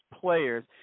players